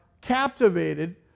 captivated